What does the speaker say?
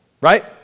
Right